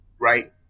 right